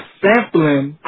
sampling